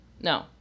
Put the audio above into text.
No